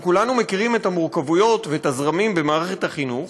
אנחנו כולנו מכירים את המורכבויות ואת הזרמים במערכת החינוך,